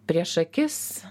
prieš akis